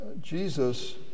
Jesus